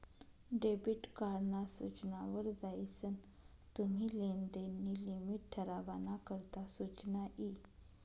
debit card ना सूचना वर जायीसन तुम्ही लेनदेन नी लिमिट ठरावाना करता सुचना यी